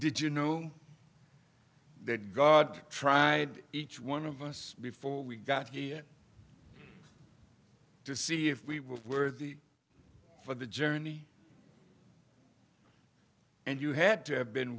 did you know that god tried each one of us before we got here to see if we were the for the journey and you had to have been